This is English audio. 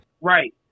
Right